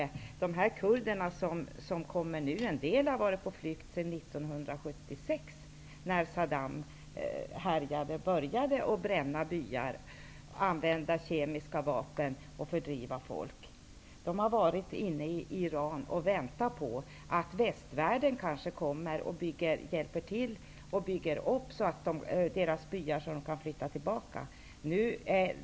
En del av de kurder som nu kommer hit har varit på flykt sedan 1976, när Saddam började att bränna byar, använda kemiska vapen och fördriva folk. De har varit inne i Iran och väntat på att man från västvärlden skulle hjälpa till med att bygga upp deras byar, så att de kan flytta tillbaka.